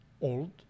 old